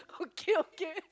okay okay